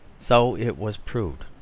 so it was proved,